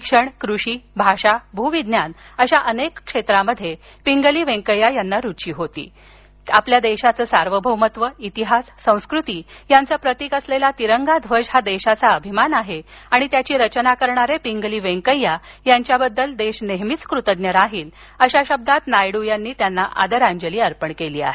शिक्षण कृषी भाषा भू विज्ञान अशा अनेक क्षेत्रात पिंगली व्यंकय्या यांना रुची होती आपल्या देशाचं सार्वभौमत्व इतिहास संस्कृती यांचं प्रतिक असलेला तिरंगा ध्वज देशाचा अभिमान आहे आणि त्याची रचना करणारे पिंगली व्यंकय्या यांच्या बद्दल देश नेहेमीच कृतज्ञ राहील अशा शब्दांत नायडू यांनी त्यांना आदरांजली अर्पण केली आहे